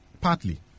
Partly